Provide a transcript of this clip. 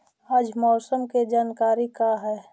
आज मौसम के जानकारी का हई?